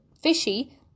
fishy